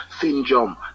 syndrome